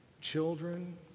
children